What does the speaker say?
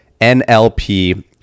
NLP